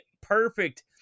perfect